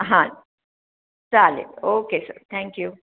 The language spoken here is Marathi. हां चालेल ओके सर थँक्यू